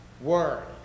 word